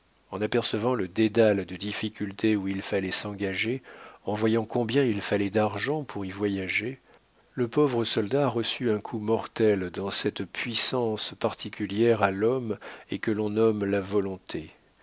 en apercevant le dédale de difficultés où il fallait s'engager en voyant combien il fallait d'argent pour y voyager le pauvre soldat reçut un coup mortel dans cette puissance particulière à l'homme et que l'on nomme la volonté